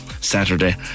Saturday